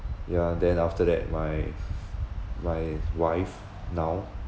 ya then after that my my wife now